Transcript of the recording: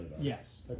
Yes